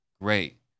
great